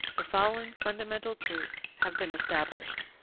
the following fundamental truths have been established.